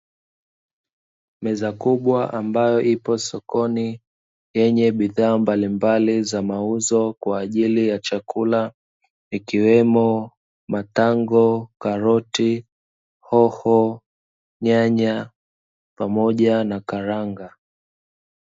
Meza kubwa ambayo ipo sokoni, yenye bidhaa mbalimbali za mauzo kwa ajili ya chakula ikiwemo: matango, karoti, hoho, nyanya pamoja na karanga.